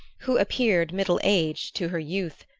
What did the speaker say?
who appeared middle-aged to her youth,